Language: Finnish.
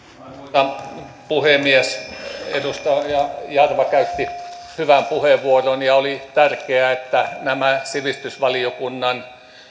arvoisa puhemies edustaja jarva käytti hyvän puheenvuoron ja oli tärkeää että nämä sivistysvaliokunnan